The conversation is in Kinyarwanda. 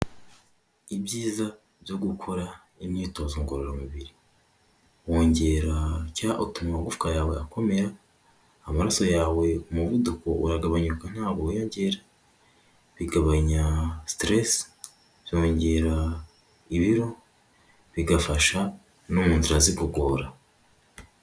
Ibyiza byo gukora imyitozo ngororamubiri, wongera cyanga utuma amagufwa yawe akomeye, amaraso yawe umuvuduko uragabanyuka, ntabwo wiyongera, bigabanya siteresi, byongera ibiro bigafasha no mu nzira z'igogora.